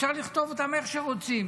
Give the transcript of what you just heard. אפשר לכתוב אותן איך שרוצים.